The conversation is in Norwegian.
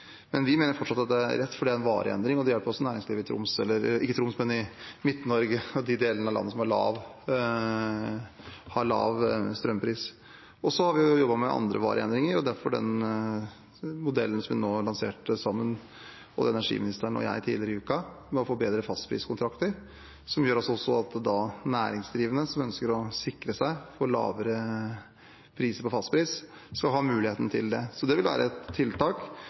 Men vi mener fortsatt at det er rett, fordi det er en varig endring. Det hjelper også næringslivet i Midt-Norge og i de andre delene av landet som har lav strømpris. Vi har også jobbet med andre varige endringer. Modellen som energiministeren og jeg lanserte tidligere i uka, skal gi bedre fastpriskontrakter, noe som gjør at også næringsdrivende som ønsker å sikre seg, skal ha muligheten til lavere fastpris. Det vil være et tiltak, og vi har fått antydet ganske mye lavere priser fra aktører i strømmarkedet enn dagens sikringsordning. Målet til regjeringen er at det